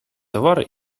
товари